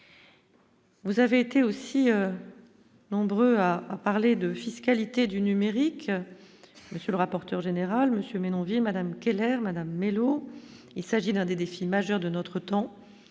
Vous avez été aussi nombreux à parler de fiscalité du numérique, monsieur le rapporteur général, monsieur Menonville Madame Keller Madame Mellow, il s'agit d'un des défis majeurs de notre temps,